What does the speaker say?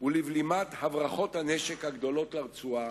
ולבלימת הברחות הנשק הגדולות לרצועה,